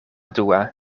dua